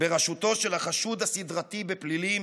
בראשותו של החשוד הסדרתי בפלילים